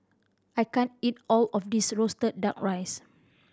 I can't eat all of this roasted Duck Rice